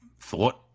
thought